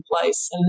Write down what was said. place